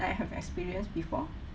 I have experienced before